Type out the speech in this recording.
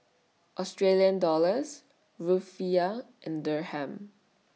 Australian Dollars Rufiyaa and Dirham